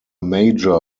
major